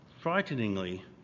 Frighteningly